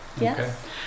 Yes